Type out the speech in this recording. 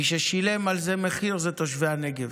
מי ששילם על זה מחיר הם תושבי הנגב,